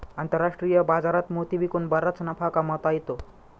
आंतरराष्ट्रीय बाजारात मोती विकून बराच नफा कमावता येतो